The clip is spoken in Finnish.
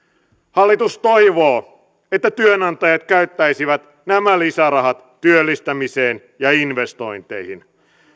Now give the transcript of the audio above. hallitus toivoo että työnantajat käyttäisivät nämä lisärahat työllistämiseen ja investointeihin